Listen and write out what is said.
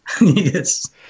Yes